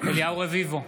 אליהו רביבו,